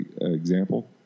Example